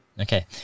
Okay